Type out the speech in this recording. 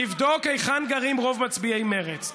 תבדוק היכן גרים רוב מצביעי מרצ.